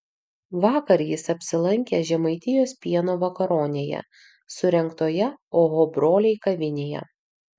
vakar jis apsilankė žemaitijos pieno vakaronėje surengtoje oho broliai kavinėje